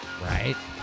Right